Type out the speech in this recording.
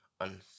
on